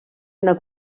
una